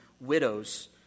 widows